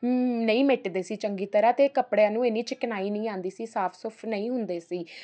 ਨਹੀਂ ਮਿਟਦੇ ਸੀ ਚੰਗੀ ਤਰ੍ਹਾਂ ਅਤੇ ਕੱਪੜਿਆਂ ਨੂੰ ਇੰਨੀ ਚਿਕਨਾਈ ਨਹੀਂ ਆਉਂਦੀ ਸੀ ਸਾਫ ਸੁਫ ਨਹੀਂ ਹੁੰਦੇ ਸੀ